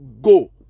go